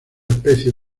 especie